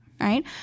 right